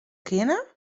kinne